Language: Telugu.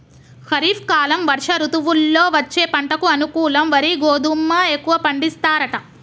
ఖరీఫ్ కాలం వర్ష ఋతువుల్లో వచ్చే పంటకు అనుకూలం వరి గోధుమ ఎక్కువ పండిస్తారట